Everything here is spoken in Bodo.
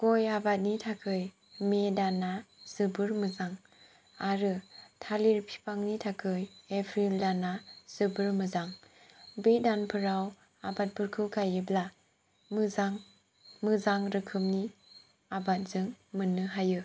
गय आबादनि थाखाय मे दाना जोबोत मोजां आरो थालिर बिफांनि थाखाय एप्रिल दाना जोबोत मोजां बे दानफ्राव आबादफोरखौ गाययोब्ला मोजां मोजां रोखोमनि आबाद जों मोन्नो हायो